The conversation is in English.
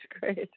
great